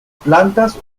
plantas